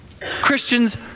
Christians